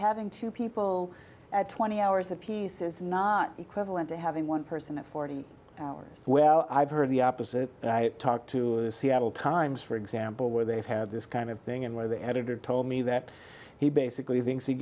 having two people at twenty hours a piece is not equivalent to having one person in forty hours well i've heard the opposite talk to the seattle times for example where they've had this kind of thing and where the editor told me that he basically thinks he